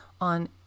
on